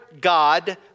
God